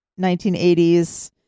1980s